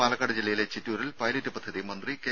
പാലക്കാട് ജില്ലയിലെ ചിറ്റൂരിൽ പൈലറ്റ് പദ്ധതി മന്ത്രി കെ